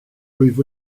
rwyf